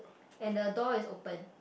and the door is open